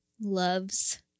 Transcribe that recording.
loves